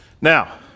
Now